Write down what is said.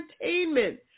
entertainment